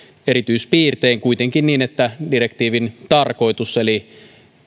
erityispiirtein kuitenkin niin että direktiivin tarkoitus eli